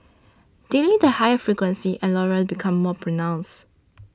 delete the higher frequencies and Laurel becomes more pronounced